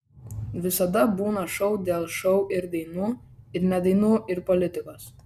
visada būna šou dėl šou ir dainų ir ne dainų ir politikos